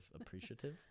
appreciative